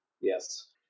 Yes